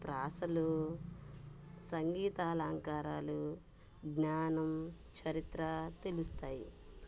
ప్రాసలు సంగీత అలంకారాలు జ్ఞానం చరిత్ర తెలుస్తాయి